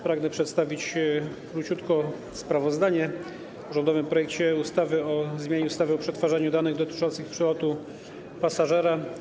Pragnę przedstawić króciutko sprawozdanie o rządowym projekcie ustawy o zmianie ustawy o przetwarzaniu danych dotyczących przelotu pasażera.